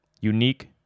unique